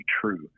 true